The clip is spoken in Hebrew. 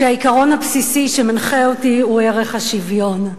כשהעיקרון הבסיסי שמנחה אותי הוא ערך השוויון,